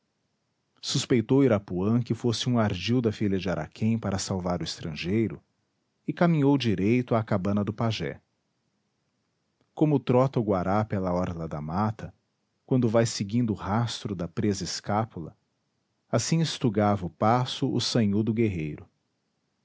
suspeitou irapuã que fosse um ardil da filha de araquém para salvar o estrangeiro e caminhou direito à cabana do pajé como trota o guará pela orla da mata quando vai seguindo o rastro da presa escápula assim estugava o passo o sanhudo guerreiro